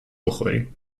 بخوریم